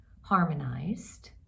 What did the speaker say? harmonized